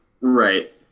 Right